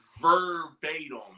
verbatim